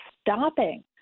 stopping